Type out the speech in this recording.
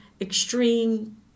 extreme